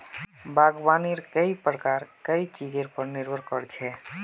बागवानीर कई प्रकार कई चीजेर पर निर्भर कर छे